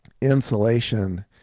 Insulation